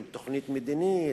עם תוכנית מדינית,